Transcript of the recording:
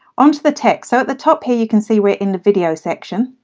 onto the text. so at the top here you can see we're in the video section.